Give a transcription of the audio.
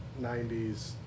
90s